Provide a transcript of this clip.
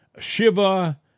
Shiva